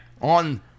on